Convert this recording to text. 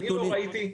אני לא ראיתי.